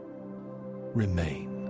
remain